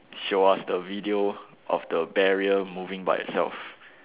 show us the video of the barrier moving by itself